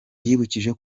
yibukije